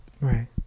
Right